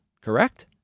correct